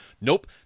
nope